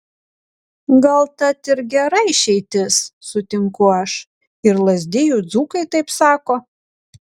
gal tat ir gera išeitis sutinku aš ir lazdijų dzūkai taip sako